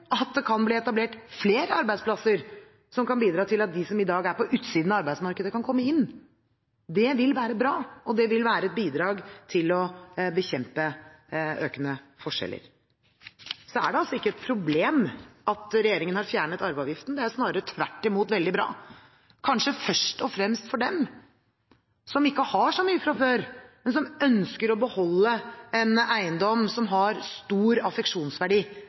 at det kan bli etablert flere arbeidsplasser som kan bidra til at de som i dag er på utsiden av arbeidsmarkedet, kan komme inn. Det vil være bra, og det vil være et bidrag til å bekjempe økende forskjeller. Så er det altså ikke et problem at regjeringen har fjernet arveavgiften. Det er snarere tvert imot veldig bra. Først og fremst er det kanskje bra for dem som ikke har så mye fra før, men som ønsker å beholde en eiendom som har stor affeksjonsverdi,